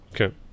Okay